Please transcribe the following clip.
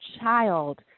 child